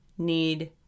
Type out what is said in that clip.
need